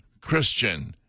Christian